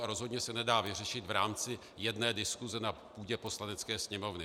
Rozhodně se nedá vyřešit v rámci jedné diskuse na půdě Poslanecké sněmovny.